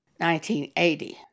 1980